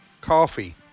Coffee